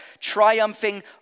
triumphing